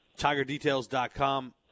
Tigerdetails.com